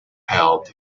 held